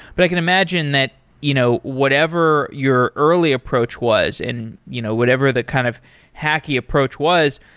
but i can imagine that you know whatever your early approach was and you know whatever the kind of hacking approach was,